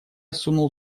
сунул